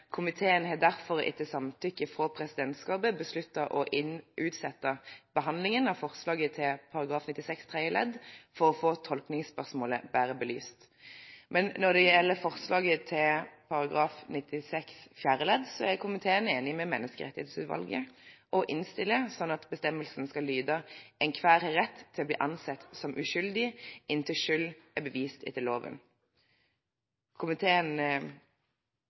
Komiteen har derfor, etter samtykke fra presidentskapet, besluttet å utsette behandlingen av forslaget til § 96 tredje ledd for å få tolkningsspørsmålet bedre belyst. Men når det gjelder forslaget til § 96 fjerde ledd, er komiteen enig med Menneskerettighetsutvalget og innstiller på at § 96 annet ledd skal lyde: «Enhver har rett til å bli ansett som uskyldig inntil skyld er bevist etter loven.» Komiteen